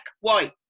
white